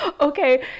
Okay